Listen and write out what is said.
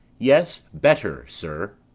yes, better, sir.